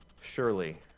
surely